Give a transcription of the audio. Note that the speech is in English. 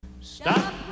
Stop